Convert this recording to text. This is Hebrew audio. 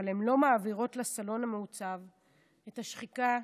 אבל הן לא מעבירות לסלון המעוצב את השחיקה,